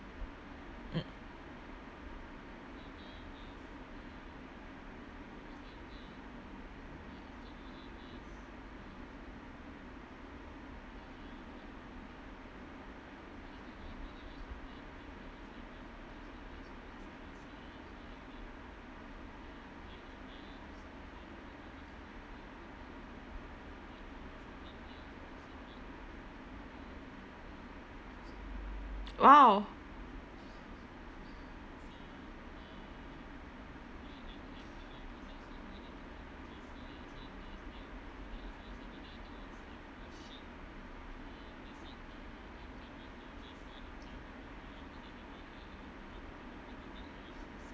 mm !wow!